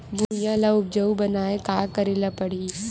भुइयां ल उपजाऊ बनाये का करे ल पड़ही?